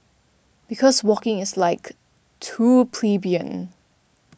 because walking is like too plebeian